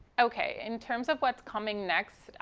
okay. in terms of what's coming next,